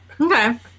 Okay